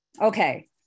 Okay